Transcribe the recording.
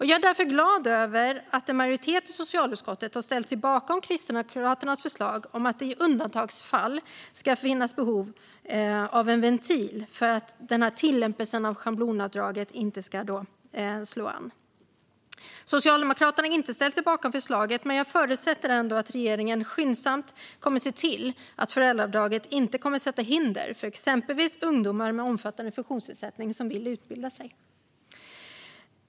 Jag är därför glad över att en majoritet i socialutskottet har ställt sig bakom Kristdemokraternas förslag om att det i undantagsfall kan finnas behov av en ventil för att tillämpningen av schablonavdraget inte ska slå fel. Socialdemokraterna har inte ställt sig bakom förslaget, men jag förutsätter ändå att regeringen skyndsamt ser till att föräldraavdraget inte kommer att sätta upp hinder för exempelvis ungdomar med omfattande funktionsnedsättning som vill utbilda sig.